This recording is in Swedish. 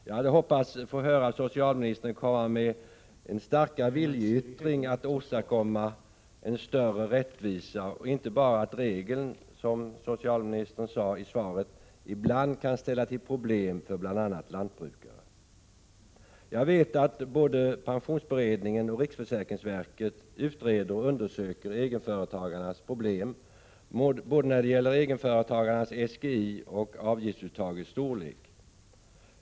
Jag hade hoppats få höra socialministern komma med en starkare viljeyttring att åstadkomma större rättvisa och inte bara få höra att regeln, som socialministern sade i svaret, ibland kan ställa till problem för bl.a. lantbrukare. Jag vet att både pensionsberedningen och riksförsäkringsverket utreder och undersöker egenföretagarnas problem, när det gäller både egenföretagarnas SGI och avgiftsuttagets storlek.